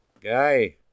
Guy